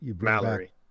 Mallory